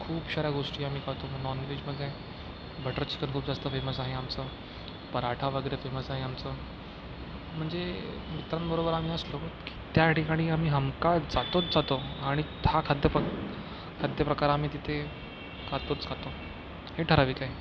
खूप साऱ्या गोष्टी आम्ही खातो नॉनव्हेज पण काय बटर चिकन खूप जास्त फेमस आहे आमचं पराठा वगैरे फेमस आहे आमचं म्हणजे मित्रांबरोबर आम्ही असलोत की त्या ठिकाणी आम्ही हमखास जातोच जातो आणि दहा खाद्यपद् खाद्यप्रकार आम्ही तिथे खातोच खातो हे ठराविक आहे